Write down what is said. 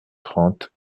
trente